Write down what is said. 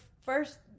first